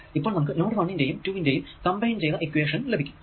ഇപ്പോൾ നമുക്ക് നോഡ് 1 ന്റെയും 2 ന്റെയും കമ്പൈൻ ചെയ്ത ഇക്വേഷൻ ലഭിക്കും